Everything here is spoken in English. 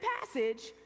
passage